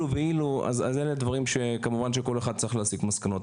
אילו ואילו אלה דברים שכל אחד צריך להסיק מסקנות.